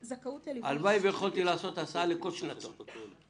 הלוואי ויכולתי לעשות הסעה לכל שנתון.